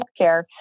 healthcare